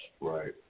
Right